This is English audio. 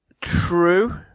True